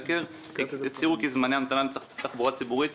הצהירו כי זמני ההמתנה בתחבורה ציבורית